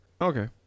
Okay